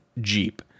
Jeep